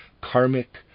karmic